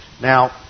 Now